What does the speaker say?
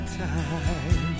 time